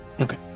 Okay